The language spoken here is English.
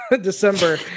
December